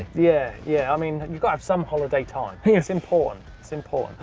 yeah, yeah, i mean, you gotta have some holiday time. p s. in paul, and st. paul.